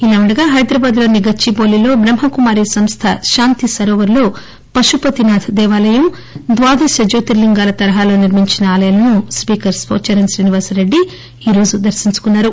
ఇలా ఉండగా హైదరాబాద్లోని గచ్చిబౌలిలోని బహ్మకుమారి సంస్థ శాంతి సరోవర్లో పసుపతినాథ్ దేవాలయం వాదసా జ్యోతిర్లింగాల తరహాలో నిర్మించిన ఆలయాలను స్పీకర్ పోచారం శ్రీనివాస్రెడ్డి ఈ రోజు దర్గించుకున్నారు